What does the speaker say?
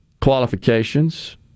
qualifications